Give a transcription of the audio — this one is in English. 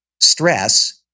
stress